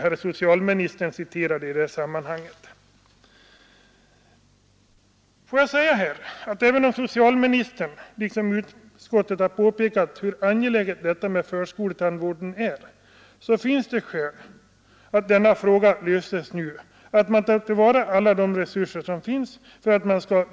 Även om socialministern — liksom utskottet — har påpekat hur angeläget det är med förskoletandvården, så finns det skäl att denna fråga löses nu.